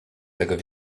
tego